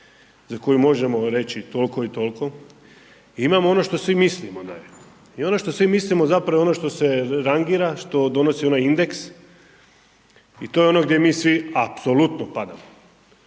za koju možemo reći toliko i toliko i imamo ono što svi mislimo da je i ono što svi mislimo zapravo je ono što se rangira, što donosi onaj indeks i to je ono gdje mi svi apsolutno padamo,